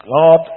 God